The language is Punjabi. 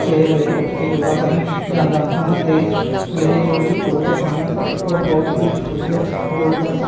ਛੇ ਵਜੇ ਉੱਠ ਕੇ ਯੋਗਾ ਕਰਨ ਜਾਂਦਾ ਹਾਂ ਅਤੇ ਮੇਰੇ ਜੋ ਕਿ ਕੋਚ ਹਨ ਉਹ ਬਹੁਤ ਹੀ ਵਧੀਆ ਯੋਗ ਦਾ